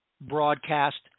broadcast